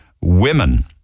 women